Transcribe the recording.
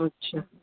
अच्छा